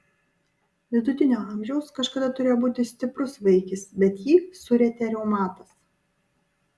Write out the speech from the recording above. vidutinio amžiaus kažkada turėjo būti stiprus vaikis bet jį surietė reumatas